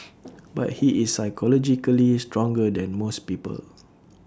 but he is psychologically stronger than most people